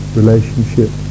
relationship